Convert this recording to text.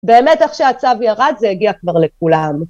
באמת, איך שהצו ירד זה הגיע כבר לכולם.